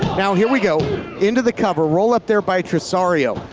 now here we go into the cover. roll up there by tresario.